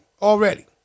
Already